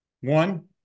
One